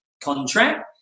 contract